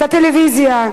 את הטלוויזיה,